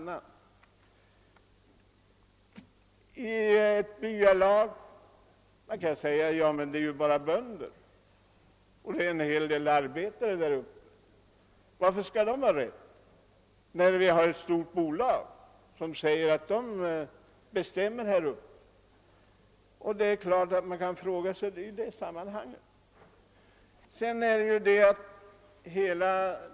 I det byalag som ställs mot det stora bolaget, vilket får bestämma inom området i fråga, finns det bara bönder och en del arbetare.